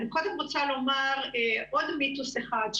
אני קודם רוצה לומר עוד מיתוס אחד,